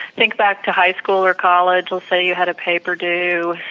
think back to high school or college will say you had a paper due